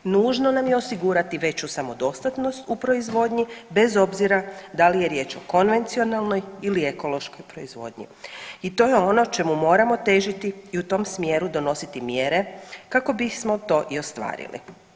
Nužno nam je osigurati veću samodostatnost u proizvodnji bez obzira da li je riječ o konvencionalnoj ili ekološkoj proizvodnji i to je ono čemu moramo težiti i u tom smjeru donositi mjere kako bismo to i ostvarili.